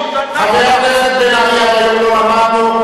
אנחנו אמרנו,